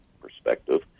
perspective